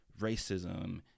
racism